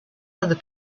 other